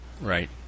Right